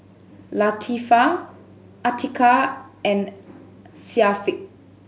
Latifa Atiqah and Syafiq